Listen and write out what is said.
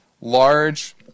large